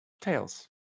Tails